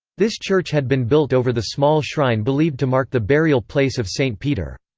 this church had been built over the small shrine believed to mark the burial place of st. peter.